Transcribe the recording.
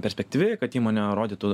perspektyvi kad įmonė rodytų